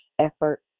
effort